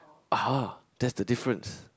ah that's the difference